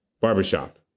Barbershop